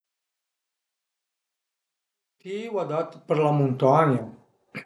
Adat për la muntagna